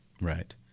Right